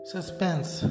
Suspense